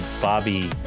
Bobby